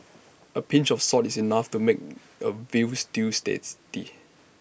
A pinch of salt is enough to make A veal stew's tasty